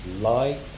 light